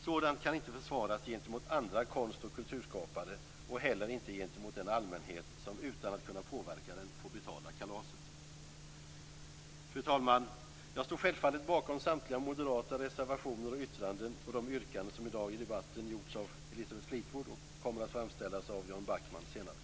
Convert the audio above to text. Sådant kan inte försvaras gentemot andra konst och kulturskapare och inte heller gentemot den allmänhet som utan att kunna påverka får betala kalaset. Fru talman! Jag står självfallet bakom samtliga moderata reservationer och yttranden och de yrkanden som gjorts i dag i debatten av Elisabeth Fleetwood och som kommer att framställas av Jan Backman senare.